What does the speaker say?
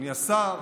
אדוני השר,